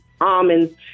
almonds